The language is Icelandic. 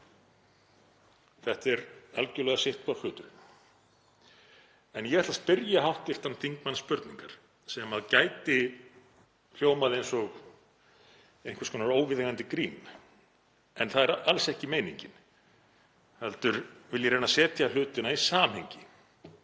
Þetta er algerlega sitthvor hluturinn. En ég ætla að spyrja hv. þingmann spurningar sem gæti hljómað eins og einhvers konar óviðeigandi grín. Það er alls ekki meiningin heldur vil ég reyna að setja hlutina í samhengi: